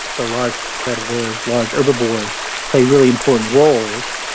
the large predators, large herbivores, play really important roles,